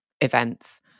events